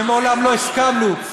ומעולם לא הסכמנו,